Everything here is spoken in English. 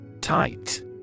Tight